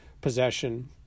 possession